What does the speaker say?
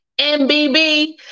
MBB